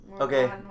Okay